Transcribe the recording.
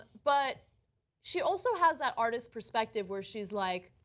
but she also has that artist perspective where she's like,